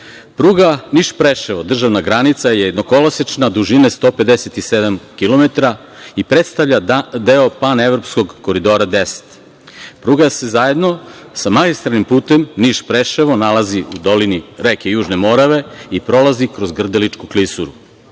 pruga Niš-Preševo-državna granica je jednokolosečna, dužine 157 km i predstavlja deo pan-evropskog Koridora 10. Pruga se zajedno sa magistralnim putem Niš-Preševo nalazi u dolini reke Južne Morave i prolazi kroz Grdeličku klisuru.U